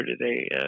today